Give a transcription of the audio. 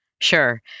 Sure